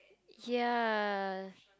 ya